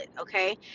okay